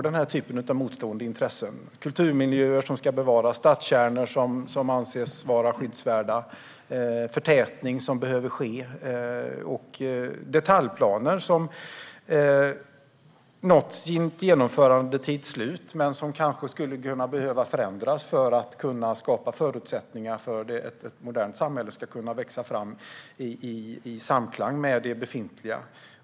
Det handlar om kulturmiljöer som ska bevaras, stadskärnor som anses vara skyddsvärda, förtätning som behöver ske och detaljplaner som nått genomförandetidens slut men som kanske skulle behöva förändras för att det ska kunna skapas förutsättningar för att ett modernt samhälle ska kunna växa fram i samklang med det befintliga.